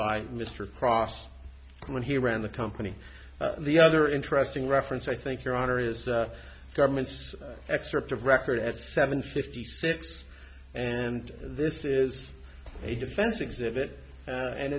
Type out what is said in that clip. by mr cross when he ran the company the other interesting reference i think your honor is the government's excerpt of record at seven fifty six and this is a defense exhibit and